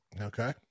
Okay